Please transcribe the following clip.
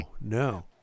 no